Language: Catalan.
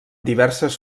diverses